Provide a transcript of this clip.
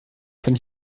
von